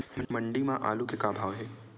मंडी म आलू के का भाव हे?